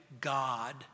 God